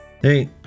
hey